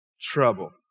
trouble